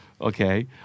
Okay